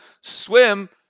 swim